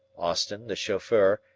austin, the chauffeur,